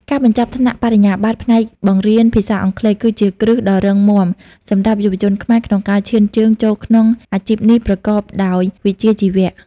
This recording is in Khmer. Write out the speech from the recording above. ការបញ្ចប់ថ្នាក់បរិញ្ញាបត្រផ្នែកបង្រៀនភាសាអង់គ្លេស គឺជាគ្រឹះដ៏រឹងមាំសម្រាប់យុវជនខ្មែរក្នុងការឈានជើងចូលក្នុងអាជីពនេះប្រកបដោយវិជ្ជាជីវៈ។